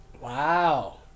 Wow